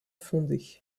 fondé